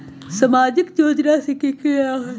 सामाजिक योजना से की की लाभ होई?